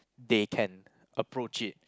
they can approach it